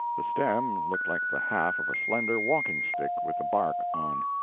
the stem looked like the half of a slender walking-stick with the bark on.